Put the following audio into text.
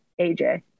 AJ